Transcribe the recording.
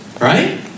Right